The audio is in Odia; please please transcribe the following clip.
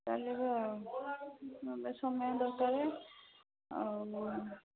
ଚାଲିବ ଆଉ ତା ପାଇଁ ସମୟ ଦରକାରେ ଆଉ